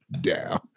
down